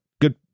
Good